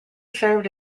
served